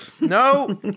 No